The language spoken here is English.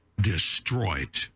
destroyed